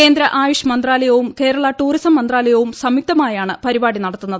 കേന്ദ്ര ആയുഷ് മന്ത്രാലയവും കേരള ടൂറിസം മന്ത്രാലയവും സംയുക്തമായാണ് പരിപാടി നടത്തുന്നത്